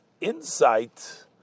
insight